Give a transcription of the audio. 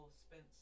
spence